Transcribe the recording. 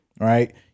right